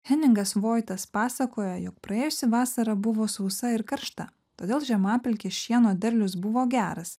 henrikas vaitas pasakojo jog praėjusi vasara buvo sausa ir karšta todėl žemapelkės šieno derlius buvo geras